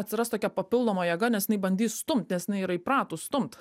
atsiras tokia papildoma jėga nes jinai bandys stumt nes jinai yra įpratus stumt